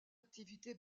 activité